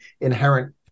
inherent